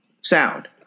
sound